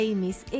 Amy's